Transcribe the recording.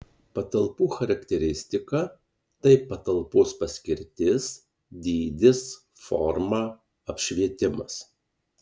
patalpų charakteristika tai patalpos paskirtis dydis forma apšvietimas